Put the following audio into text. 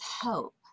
hope